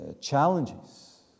challenges